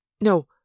No